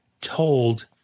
told